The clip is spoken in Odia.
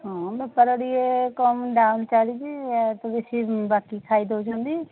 ହଁ ବେପାର ଟିକେ କମ୍ ଡାଉନ୍ ଚାଲିଛି ଆ ତ ବେଶୀ ବାକି ଖାଇ ଦେଉଛନ୍ତି